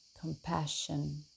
compassion